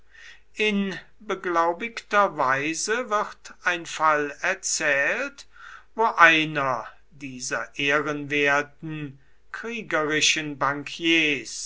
in beglaubigter weise wird ein fall erzählt wo einer dieser ehrenwerten kriegerischen